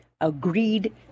agreed